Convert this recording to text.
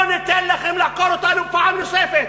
לא ניתן לכם לעקור אותנו פעם נוספת,